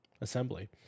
assembly